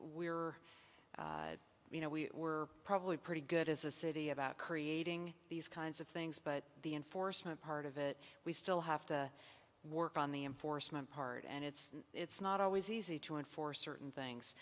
were you know we were probably pretty good as a city about creating these kinds of things but the enforcement part of it we still have to work on the enforcement part and it's it's not always easy to enforce certain things